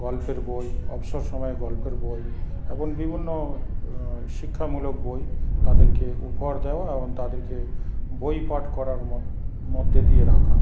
গল্পের বই অবসর সময়ে গল্পের বই এবং বিভিন্ন শিক্ষামূলক বই তাদেরকে উপহার দেওয়া এবং তাদেরকে বই পাঠ করানোর মধ্যে দিয়ে রাখা